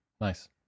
nice